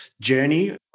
journey